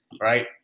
right